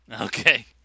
Okay